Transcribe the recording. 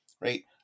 right